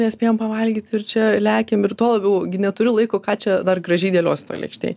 nespėjam pavalgyt ir čia lekiam ir tuo labiau neturiu laiko ką čia dar gražiai dėliosiu toj lėkštėj